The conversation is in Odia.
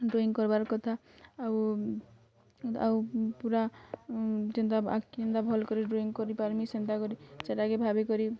ଡ଼୍ରଇଁ କରିବାର୍ କଥା ଆଉ ଆଉ ପୁରା ଯେନ୍ତା ଆଙ୍କି କେନ୍ତା ଭଲ୍ କରି ଡ଼୍ରଇଁ କରିପାରିମିଁ ସେନ୍ତାକରି ସେଟାକେ ଭାବିକରି